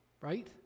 right